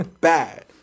Bad